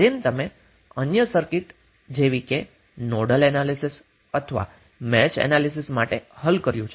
જેમ તમે અન્ય સર્કિટ જેવી કે નોડલ એનાલીસીસ અથવા મેશ એનાલીસીસ માટે હલ કર્યું છે